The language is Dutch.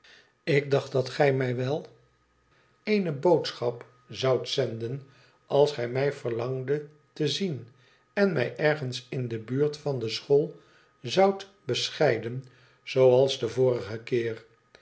ik dacht dat gij mij wel eene boodschap zoudt zenden als gij mij verlangdet te zien en mij ergens in de buurt van de school zoudt bescheiden zooals den vorigen keer